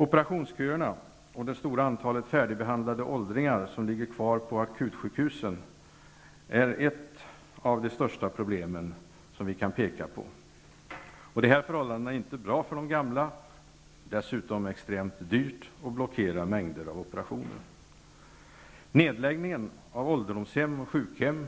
Operationsköerna och det stora antalet färdigbehandlade åldringar som ligger kvar på akutsjukhusen är ett par av de största problemen i svensk sjukvård. Dessa förhållanden är inte bra för de gamla. Det är dessutom extremt dyrt, och det blockerar mängder av operationer. Nedläggningen av ålderdomshem och sjukhem